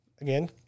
Again